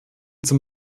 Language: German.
zum